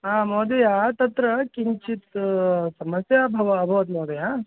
हा महोदय तत्र किञ्चित् समस्या अभवत् अभवत् महोदय